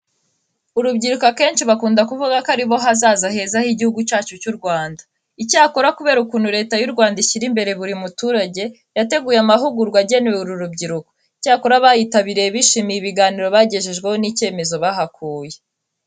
Urubyiruko akenshi bakunda kuvuga ko ari bo hazaza heza h'Igihugu cyacu cy'u Rwanda. Icyakora kubera ukuntu Leta y'u Rwanda ishyira imbere buri muturage, yateguye amahugurwa agenewe uru rubyiruko. Icyakora abayitabiriye bishimiye ibiganiro bagejejweho n'icyemezo bahakuye.